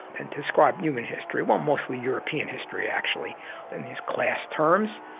and to describe human history, well, mostly european history actually in these class terms.